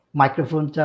microphone